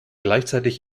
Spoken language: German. gleichzeitig